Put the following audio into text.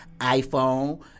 iPhone